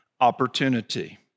opportunity